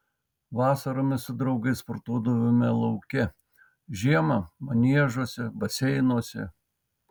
vasaromis su draugais sportuodavome lauke žiemą maniežuose baseinuose